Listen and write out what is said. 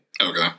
Okay